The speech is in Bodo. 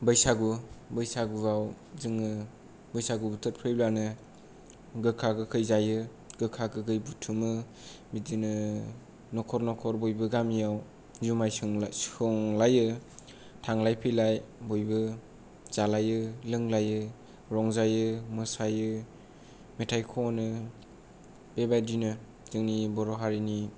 बैसागु बैसागुवाव जोङो बैसागु बोथोर फैबानो गोखा गोखै जायो गोखा गोखै बुथुमो बिदिनो नखर नखर बयबो गामियाव जुमाय सोंलाय संलायो थांलाय फैलाय बयबो जालायो लोंलायो रंजायो मोसायो मेथाइ खनो बेबादिनो जोंनि बर' हारिनि